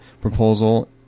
proposal